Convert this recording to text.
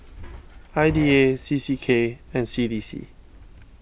I D A C C K and C D C